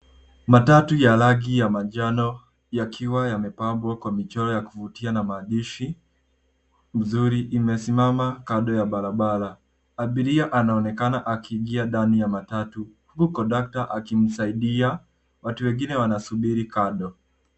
Matatu ya rangi ya manjano yakiwa yamepambwa kwa michoro ya kuvutia na maandishi nzuri imesimama kando ya barabara. Abiria anaonekana akiingia ndani ya matatu huku kondakta akimsaidia. Watu wengine wanasubiri kando.